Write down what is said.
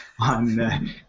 on